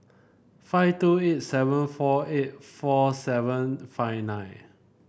five two eight seven four eight four seven five nine